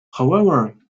however